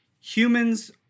humans